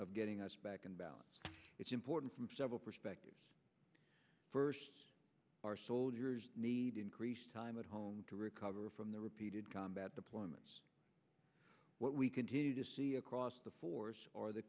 of getting us back in balance it's important from several perspectives first our soldiers need increased time at home to recover from their repeated combat deployments what we continue to see across the force are the